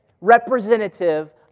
representative